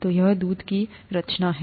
तो यह दूध की रचना है